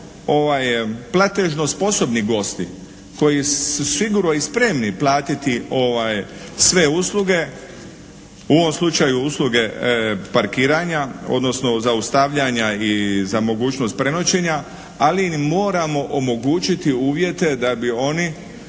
platežno sposobni gosti koji su sigurno i spremni platiti sve usluge, u ovom slučaju usluge parkiranja odnosno zaustavljanja i za mogućnost prenoćenja, ali im moramo omogućiti uvjete da bi oni